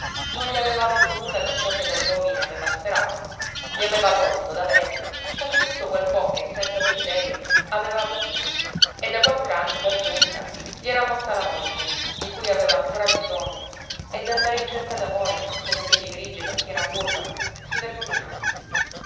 non gli aveva dato nulla di ciò che da giovine aveva sperato gli aveva tolto da vecchio quasi tutto quel po che senza desiderio aveva avuto e da quattr'anni per giunta gli era morta la moglie di cui aveva ancora bisogno e d'andare in cerca d'amore coi capelli grigi e la schiena curva si vergognava